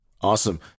Awesome